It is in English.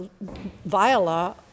Viola